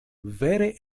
vere